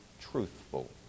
truthful